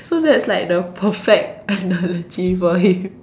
so that's like the perfect analogy for him